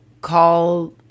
call